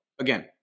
again